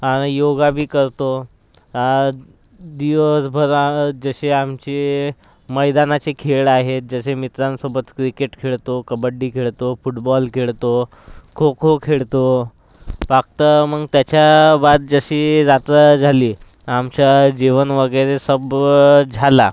आणि योगाबी करतो आज दिवसभरात जसे आमचे मैदानाचे खेळ आहे जसे मित्रांसोबत क्रिकेट खेळतो कबड्डी खेळतो फुटबॉल खेळतो खो खो खेळतो फक्त मग त्याच्याबाद जशी रात्र झाली आमच्या जेवण वगैरे सभ झाला